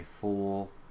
full